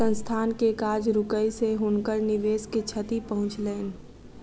संस्थान के काज रुकै से हुनकर निवेश के क्षति पहुँचलैन